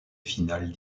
finales